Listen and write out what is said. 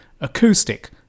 acoustic